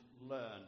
learn